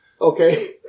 Okay